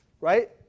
Right